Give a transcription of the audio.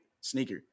sneaker